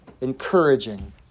encouraging